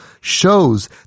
shows